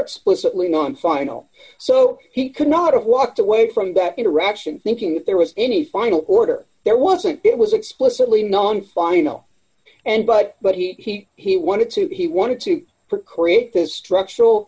explicitly non final so he could not have walked away from that interaction thinking if there was any final order there wasn't it was explicitly non final and but but he he wanted to he wanted to create this structural